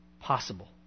possible